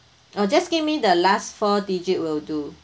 uh just give me the last four digit will do